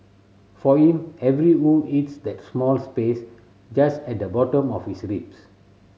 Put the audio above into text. for him every hue hits that small space just at the bottom of his ribs